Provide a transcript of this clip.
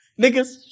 niggas